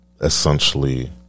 Essentially